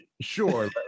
Sure